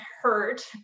hurt